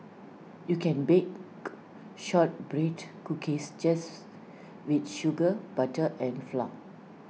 you can bake Shortbread Cookies just with sugar butter and flour